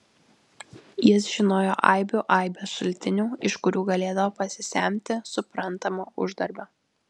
jis žinojo aibių aibes šaltinių iš kurių galėdavo pasisemti suprantama uždarbio